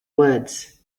woods